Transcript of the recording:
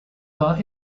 are